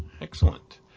Excellent